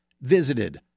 visited